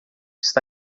está